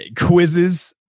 quizzes